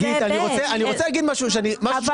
שגית, אני רוצה להגיד משהו שהוא בהגדרה.